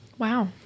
Wow